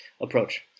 approach